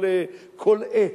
כל עץ,